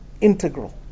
integral